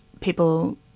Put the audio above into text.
people